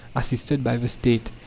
assisted by the state.